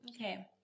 Okay